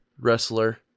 wrestler